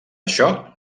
això